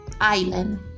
island